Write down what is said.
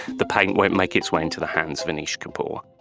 the paint won't make its way into the hands of anish kapoor